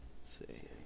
see